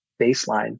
baseline